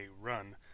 run